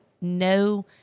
no